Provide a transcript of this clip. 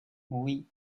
oui